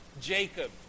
Jacob